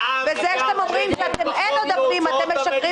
כאשר אתם אומרים שאין עודפים אתם משקרים